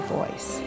voice